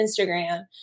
Instagram